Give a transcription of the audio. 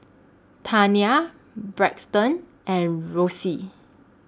Tania Braxton and Rosie